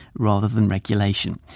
rather than regulation.